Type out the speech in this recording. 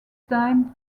time